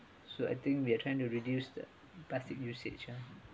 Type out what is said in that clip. so I think we're trying to reduce the plastic usage ah